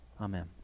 Amen